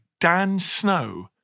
DANSNOW